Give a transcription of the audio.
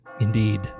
indeed